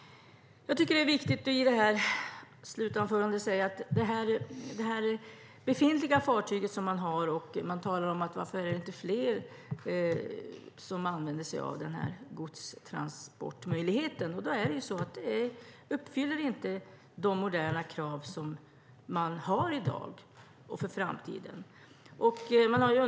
Man frågar sig varför inte fler använder sig av den här möjligheten till godstransporter. Det är så att det befintliga fartyget inte uppfyller de moderna kraven i dag och inför framtiden.